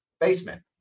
basement